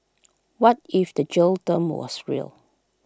what if the jail term was real